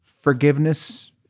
forgiveness